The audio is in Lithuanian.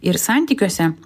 ir santykiuose